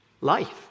life